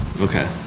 Okay